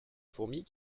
fourmis